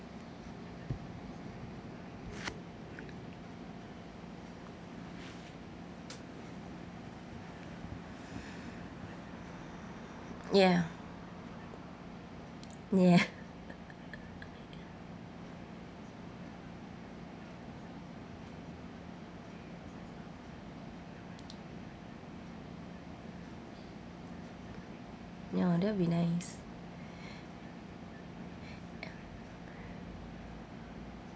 ya ya ya that'll be nice